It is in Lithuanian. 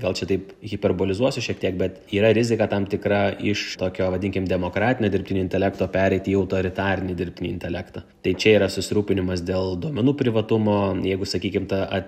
gal čia taip hiperbolizuosiu šiek tiek bet yra rizika tam tikra iš tokio vadinkim demokratinio dirbtinio intelekto pereit į autoritarinį dirbtinį intelektą tai čia yra susirūpinimas dėl duomenų privatumo jeigu sakykim ta at